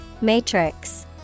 Matrix